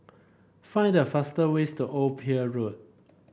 find the fast way to Old Pier Road